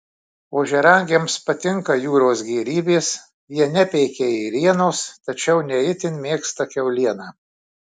ožiaragiams patinka jūros gėrybės jie nepeikia ėrienos tačiau ne itin mėgsta kiaulieną